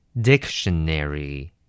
dictionary